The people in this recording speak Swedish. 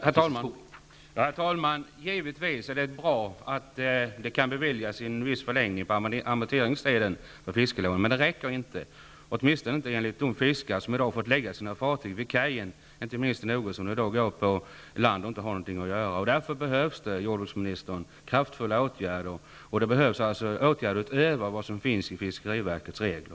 Herr talman! Det är givetvis bra att man kan bevilja en viss förlängning av fiskerilånens amorteringstid, men det räcker inte, åtminstone inte enligt de fiskare som i dag varit tvugna att lägga sina fartyg vid kajen. I Nogersund går många fiskare nu på land utan att ha någonting att göra. Därför behövs det, jordbruksministern, kraftfulla åtgärder, åtgärder utöver dem som ryms inom fiskeriverkets regler.